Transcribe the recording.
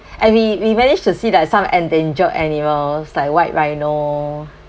and we we managed to see that some endangered animals like white rhino